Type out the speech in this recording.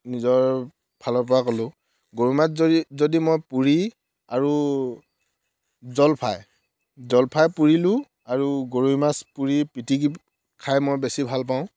নিজৰ ফালৰ পৰা ক'লোঁ গৰৈ মাছ যদি যদি মই পুৰি আৰু জলফাই জলফাই পুৰিলোঁ আৰু গৰৈ মাছ পুৰি পিতিকি খাই মই বেছি ভাল পাওঁ